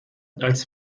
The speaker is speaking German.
als